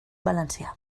valencià